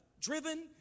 driven